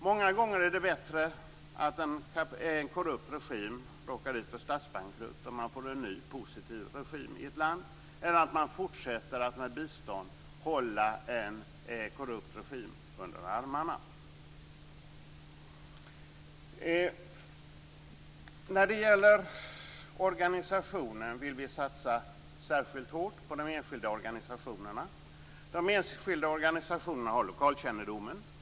Många gånger är det bättre att en korrupt regim råkar ut för statsbankrutt och att det blir en ny positiv regim i ett land än att man fortsätter att med bistånd hålla en korrupt regim under armarna. Vi vill satsa särskilt hårt på de enskilda organisationerna. De enskilda organisationerna har lokalkännedomen.